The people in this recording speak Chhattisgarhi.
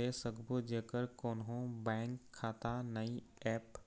दे सकबो जेकर कोन्हो बैंक खाता नई ऐप?